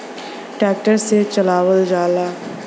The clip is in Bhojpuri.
ट्रेक्टर से चलावल जाला